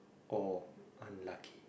or unlucky